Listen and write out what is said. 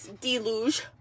deluge